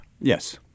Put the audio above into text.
Yes